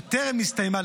שטרם הסתיימה,